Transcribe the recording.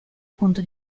punto